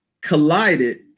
collided